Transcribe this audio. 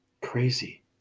crazy